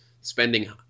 spending